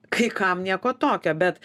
kai kam nieko tokio bet